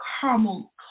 Caramel